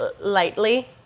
lightly